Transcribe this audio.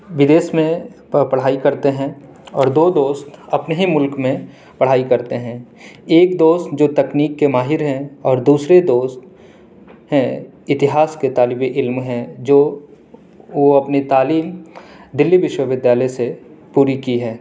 بدیس میں پڑھائی کرتے ہیں اور دوست اپنے ہی ملک میں پڑھائی کرتے ہیں ایک دوست جو تکنیک کے ماہر ہیں اور دوسرے دوست ہیں اتہاس کے طالب علم ہیں جو وہ اپنی تعلیم ڈیلی وشوودیالیہ سے پوری کی ہے